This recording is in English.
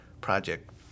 project